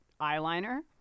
eyeliner